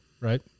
right